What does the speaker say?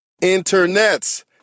internet's